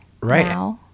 Right